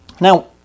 Now